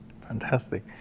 Fantastic